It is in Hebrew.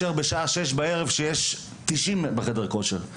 בשעה שש בוקר לבין מצב שבו תשעים מתאמנים בחדר הכושר בשעה שש בערב.